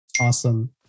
awesome